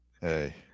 Hey